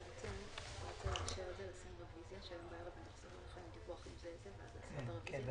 בסדר.